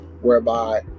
whereby